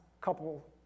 couple